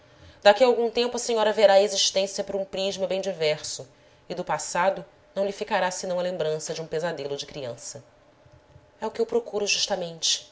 daqui a algum tempo a senhora verá a existência por um prisma bem diverso e do passado não lhe ficará senão a lembrança de um pesadelo de criança é o que eu procuro justamente